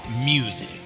Music